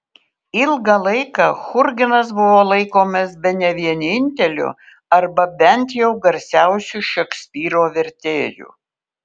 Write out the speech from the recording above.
ilgą laiką churginas buvo laikomas bene vieninteliu arba bent jau garsiausiu šekspyro vertėju